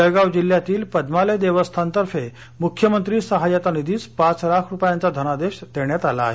जळगाव जिल्ह्यातील पद्मालय देवस्थानातर्फे मुख्यमंत्री सहाय्यता निधीस पाच लाख रूपयांचा धनादेश देण्यात आला आहे